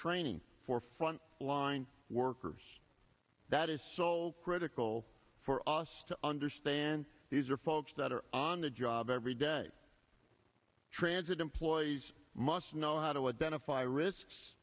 training for front line workers that is sold critical for us to understand these are folks that are on the job every day transit employees must know how to identify risk